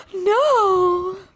No